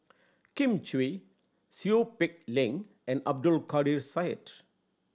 Kin Chui Seow Peck Leng and Abdul Kadir Syed